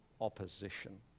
opposition